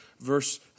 verse